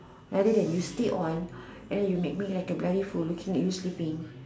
rather than you stay on and you make me like a bloody fool looking and you sleeping